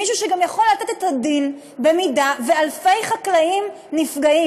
מישהו שגם יכול לתת את הדין במידה שאלפי חקלאים נפגעים.